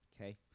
Okay